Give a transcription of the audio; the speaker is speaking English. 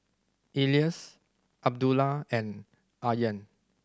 Elyas Abdullah and Aryan